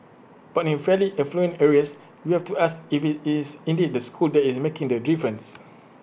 but in fairly affluent areas you have to ask if IT is indeed the school that is making the difference